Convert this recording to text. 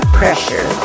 pressure